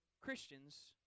Christians